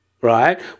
right